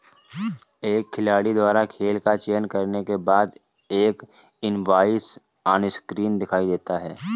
एक खिलाड़ी द्वारा खेल का चयन करने के बाद, एक इनवॉइस ऑनस्क्रीन दिखाई देता है